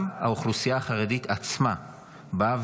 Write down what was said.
גם האוכלוסייה החרדית עצמה באה